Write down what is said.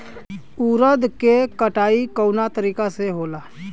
उरद के कटाई कवना तरीका से होला?